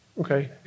Okay